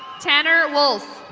tanner wolf.